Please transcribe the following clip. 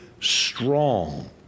strong